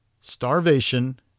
starvation